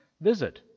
visit